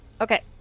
Okay